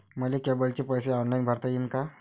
मले केबलचे पैसे ऑनलाईन भरता येईन का?